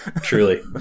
truly